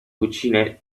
cucine